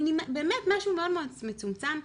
באמת משהו מאוד מצומצם,